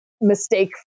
mistake